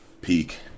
Peak